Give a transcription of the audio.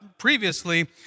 previously